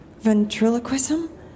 ventriloquism